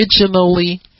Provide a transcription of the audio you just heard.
originally